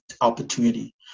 opportunity